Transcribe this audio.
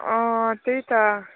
अँ त्यही त